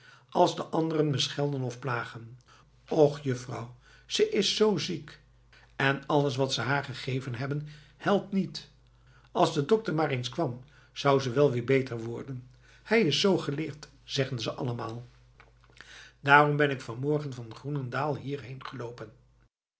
als de anderen me schelden of plagen och juffrouw ze is zoo ziek en alles wat ze haar gegeven hebben helpt niet als de dokter maar eens kwam zou ze wel weer beter worden hij is zoo geleerd zeggen ze allemaal daarom ben ik van morgen van groenendaal hierheen geloopen